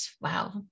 wow